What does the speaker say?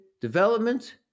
development